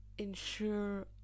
Ensure